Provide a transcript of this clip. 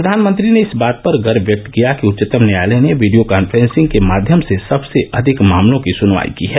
प्रधानमंत्री ने इस बात पर गर्व व्यक्त किया कि उच्चतम न्यायालय ने वीडियो कॉन्फ्रेंसिंग के माध्यम से सबसे अधिक मामलों की सुनवाई की है